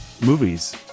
movies